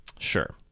Sure